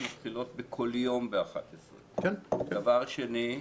מתחילות בכל יום בשעה 11. דבר שני,